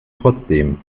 trotzdem